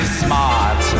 smart